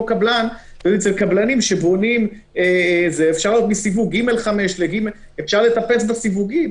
קבלנים שבונים יכולים לטפס בסיווג.